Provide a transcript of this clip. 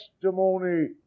testimony